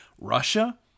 Russia